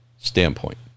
standpoint